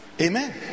Amen